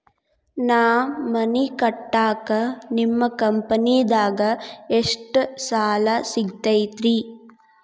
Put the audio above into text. ನಾ ಮನಿ ಕಟ್ಟಾಕ ನಿಮ್ಮ ಕಂಪನಿದಾಗ ಎಷ್ಟ ಸಾಲ ಸಿಗತೈತ್ರಿ?